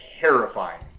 terrifying